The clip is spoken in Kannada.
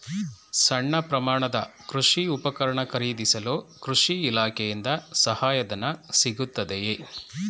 ಸಣ್ಣ ಪ್ರಮಾಣದ ಕೃಷಿ ಉಪಕರಣ ಖರೀದಿಸಲು ಕೃಷಿ ಇಲಾಖೆಯಿಂದ ಸಹಾಯಧನ ಸಿಗುತ್ತದೆಯೇ?